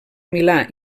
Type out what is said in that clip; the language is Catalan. milà